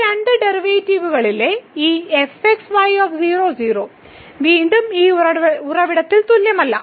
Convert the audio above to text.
ഈ രണ്ട് ഡെറിവേറ്റീവുകളിലെ ഈ വീണ്ടും ഈ ഉറവിടത്തിൽ തുല്യമല്ല